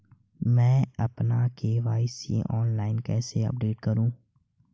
मैं अपना KYC online कैसे अपडेट करूँ?